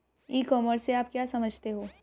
ई commerce से आप क्या समझते हो?